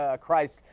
Christ